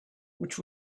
which